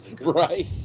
right